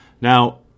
Now